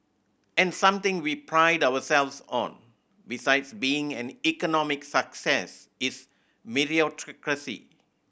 and something we pride ourselves on besides being an economic success is meritocracy